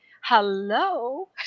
Hello